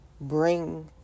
bring